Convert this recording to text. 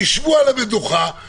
תשבו על המדוכה,